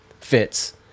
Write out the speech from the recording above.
fits